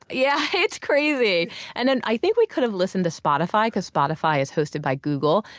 yeah it's crazy and and i think we could have listened to spotify because spotify is hosted by google,